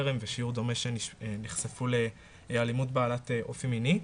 או חרם ושיעור דומה שנחשפו לאלימות בעלת אופי מיני.